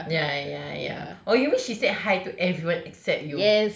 ya ya ya oh you mean she said hi to everyone except you